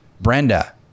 Brenda